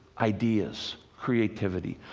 ideas, creativity.